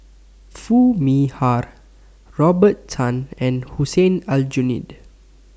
Foo Mee Har Robert Tan and Hussein Aljunied